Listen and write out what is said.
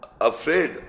afraid